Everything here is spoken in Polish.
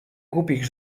głupich